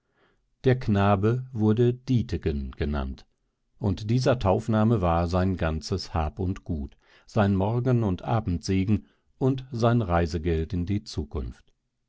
der knabe wurde dietegen genannt und dieser taufname war sein ganzes hab und gut sein morgen und abendsegen und sein reisegeld in die zukunft